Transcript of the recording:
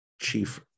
Chief